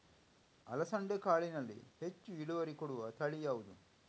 ಅಲಸಂದೆ ಕಾಳಿನಲ್ಲಿ ಹೆಚ್ಚು ಇಳುವರಿ ಕೊಡುವ ತಳಿ ಯಾವುದು?